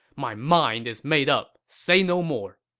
my mind is made up say no more!